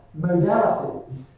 modalities